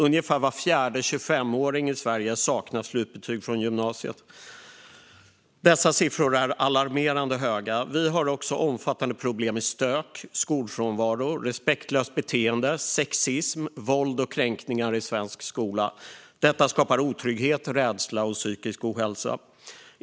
Ungefär var fjärde 25-åring i Sverige saknar slutbetyg från gymnasiet. Dessa siffror är alarmerande höga. Vi har också omfattande problem med stök, skolfrånvaro, respektlöst beteende, sexism, våld och kränkningar i svensk skola. Detta skapar otrygghet, rädsla och psykisk ohälsa.